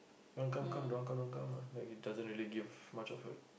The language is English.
you want to come come don't want come don't come lah like it doesn't really give much of hurt